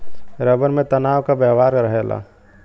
rubber में तनाव क व्यवहार रहेला